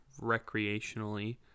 recreationally